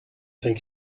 think